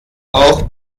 auch